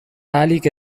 ahalik